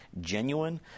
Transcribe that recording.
genuine